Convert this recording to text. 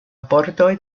bordoj